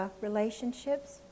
relationships